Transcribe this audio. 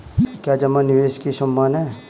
क्या जमा निवेश के समान है?